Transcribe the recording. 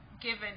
given